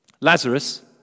Lazarus